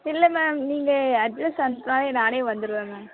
இல்லை மேம் நீங்கள் அட்ரெஸ் அனுப்புனாலே நானே வந்துடுவேன் மேம்